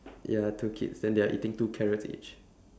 ya two kids then they are eating two carrots each